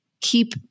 keep